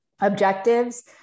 objectives